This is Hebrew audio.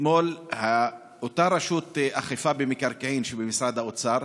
אתמול אותה רשות אכיפה במקרקעין שבמשרד האוצר